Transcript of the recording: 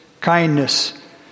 kindness